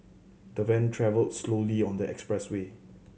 the van travelled slowly on the expressway